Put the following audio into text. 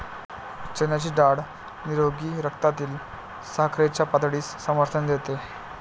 चण्याची डाळ निरोगी रक्तातील साखरेच्या पातळीस समर्थन देते